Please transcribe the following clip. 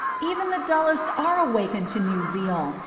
even the dullest are awakened to new zeal,